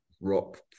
rock